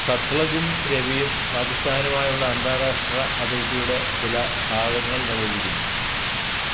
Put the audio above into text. സത്ലജും രവിയും പാക്കിസ്ഥാനുമായുള്ള അന്താരാഷ്ട്ര അതിർത്തിയുടെ ചില ഭാഗങ്ങൾ നിർവചിക്കുന്നു